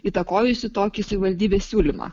įtakojusių tokį savivaldybės siūlymą